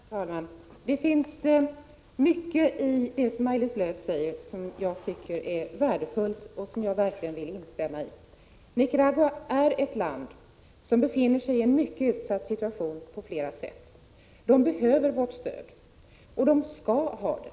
Herr talman! Det finns mycket i det som Maj-Lis Lööw säger som jag tycker är värdefullt och som jag verkligen vill instämma i. Nicaragua är ett land som befinner sig i en mycket utsatt situation, på flera sätt. Nicaragua behöver vårt stöd och skall ha det.